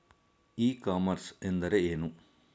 E commerce ಎಂದರೆ ಏನು?